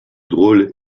drôle